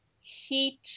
heat